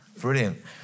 Brilliant